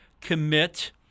commit